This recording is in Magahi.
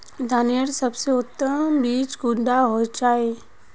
धानेर सबसे उत्तम बीज कुंडा होचए?